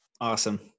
Awesome